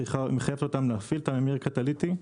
היא מחייבת אותם להפעיל את הממיר הקטליטי,